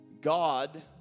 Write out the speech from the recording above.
God